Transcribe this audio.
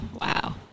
Wow